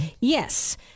Yes